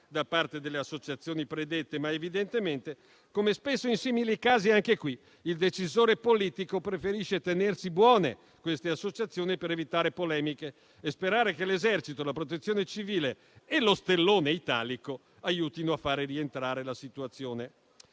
da parte delle associazioni predette; evidentemente, come spesso accade in simili casi, anche qui il decisore politico preferisce tenersi buone queste associazioni per evitare polemiche e sperare che l'Esercito, la Protezione civile e lo stellone italico aiutino a far rientrare la situazione.